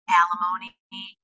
alimony